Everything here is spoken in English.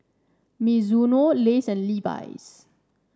Mizuno Lays and Levi's